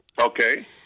Okay